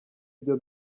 ibyo